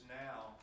now